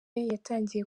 yatangiye